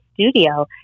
studio